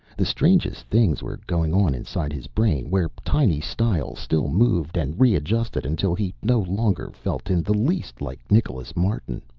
the strangest things were going on inside his brain, where tiny stiles still moved and readjusted until he no longer felt in the least like nicholas martin.